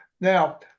Now